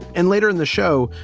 and later in the show,